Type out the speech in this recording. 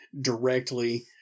directly